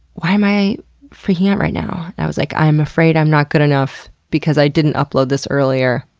why am i freaking out right now? and i was like, i'm afraid i'm not good enough because i didn't upload this earlier,